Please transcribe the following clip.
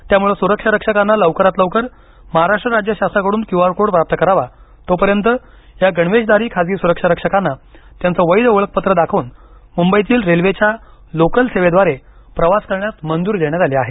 त्यामुळं सुरक्षा रक्षकांना लवकरात लवकर महाराष्ट्र राज्य शासनाकडून क्यु आर कोड प्राप्त करावातोपर्यंत या गणवेशधारी खासगी सुरक्षारक्षकांना त्यांचे वैध ओळखपत्र दाखवून मुंबईतील रेल्वेच्या लोकल सेवेद्वारे प्रवास करण्यास मंजूरी देण्यात आली आहे